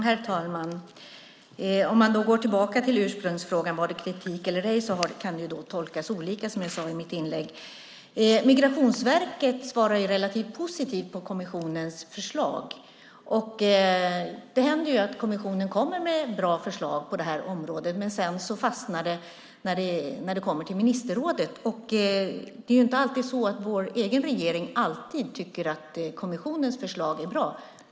Herr talman! Om man går tillbaka till ursprungsfrågan om det var kritik eller ej kan det tolkas olika, som jag sade i mitt inlägg. Migrationsverket svarar relativt positivt på kommissionens förslag. Det händer ju att kommissionen kommer med bra förslag på det här området, men sedan fastnar det när det kommer till ministerrådet. Det är inte så att vår egen regering alltid tycker att kommissionens förslag är bra.